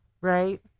right